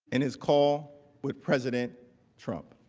in his call with president trump.